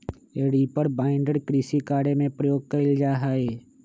reaper binder कृषि कार्य में प्रयोग कइल जा हई